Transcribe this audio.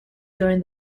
during